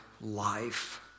life